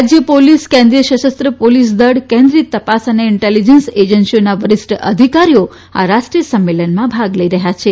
રાજય પોલીસ કેન્દ્રીય સશસ્ત્ર પોલીસ દળ કેન્દ્રીય તપાસ અને ઇન્ટેલીજન્સ એજન્સીઓના વરિષ્ઠ અધિકારીઓ આ રાષ્ટ્રીય સંમેલનમાં ભાગ લઇ રહથાં છે